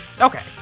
Okay